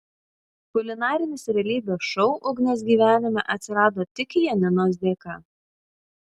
kulinarinis realybės šou ugnės gyvenime atsirado tik janinos dėka